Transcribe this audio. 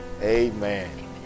Amen